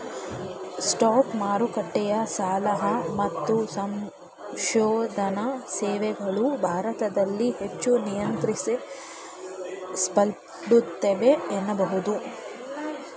stock ಮಾರುಕಟ್ಟೆಯ ಸಲಹಾ ಮತ್ತು ಸಂಶೋಧನಾ ಸೇವೆಗಳು ಭಾರತದಲ್ಲಿ ಹೆಚ್ಚು ನಿಯಂತ್ರಿಸಲ್ಪಡುತ್ತವೆ ಎನ್ನಬಹುದು